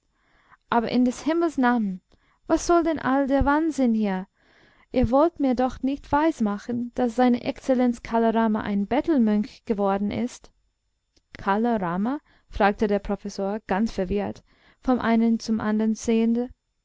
aber in des himmels namen was soll denn all der wahnsinn hier ihr wollt mir doch nicht weismachen daß seine exzellenz kala rama ein bettelmönch geworden sei kala rama fragte der professor ganz verwirrt vom einen zum andern